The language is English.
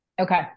Okay